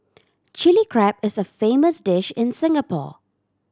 Chilli Crab is a famous dish in Singapore